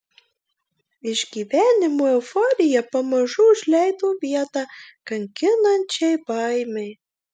išgyvenimo euforija pamažu užleido vietą kankinančiai baimei